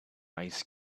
ice